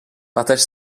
partage